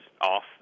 off